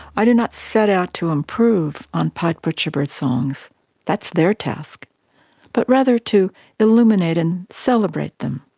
i do not set out to improve on pied butcherbird songs that's their task but rather to illuminate and celebrate them.